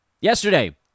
Yesterday